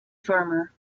farmer